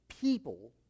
people